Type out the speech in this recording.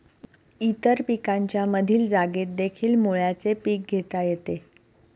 इतर पिकांच्या मधील जागेतदेखील मुळ्याचे पीक घेता येते